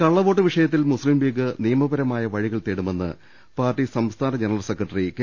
കള്ളവോട്ട് വിഷയത്തിൽ മുസ്ലിംലീഗ് നിയമപരമായ വഴികൾ തേടുമെന്ന് പാർട്ടി സംസ്ഥാന ജനറൽ സെക്രട്ടറി കെ